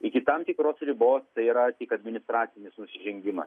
iki tam tikros ribos tai yra tik administracinis nusižengimas